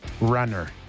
runner